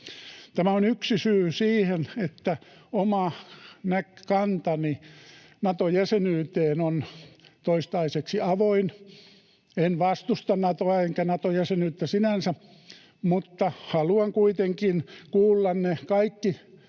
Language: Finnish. Tämä on yksi syy siihen, että oma kantani Nato-jäsenyyteen on toistaiseksi avoin. En vastusta Natoa enkä Nato-jäsenyyttä sinänsä, mutta haluan kuitenkin kuulla ne kaikki